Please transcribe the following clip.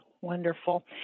Wonderful